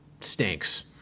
stinks